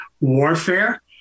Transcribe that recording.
warfare